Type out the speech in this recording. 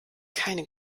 keine